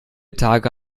tage